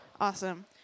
Awesome